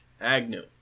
Agnew